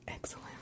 Excellent